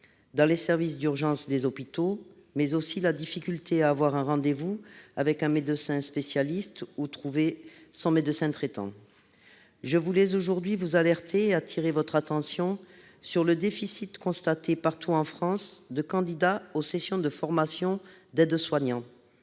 dans les services d'urgence des hôpitaux. On pense aussi à la difficulté d'avoir un rendez-vous avec un médecin spécialiste ou de trouver un médecin traitant. « Je souhaite aujourd'hui vous alerter et attirer votre attention sur le déficit constaté partout en France de candidats aux sessions de formation d'aide-soignant,